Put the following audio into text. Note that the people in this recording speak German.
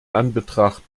anbetracht